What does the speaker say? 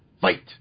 Fight